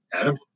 Adam